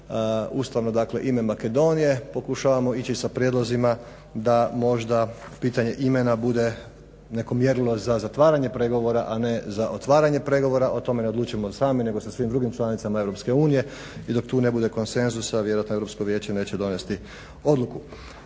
ustavno dakle ime Makedonije, pokušavamo ići sa prijedlozima da možda pitanje imena bude neko mjerilo za zatvaranje pregovora a ne za otvaranje pregovora, o tome ne odlučujemo sami nego sa svim drugim članicama EU i dok tu ne bude konsenzusa vjerojatno Europsko vijeće neće donijeti odluku.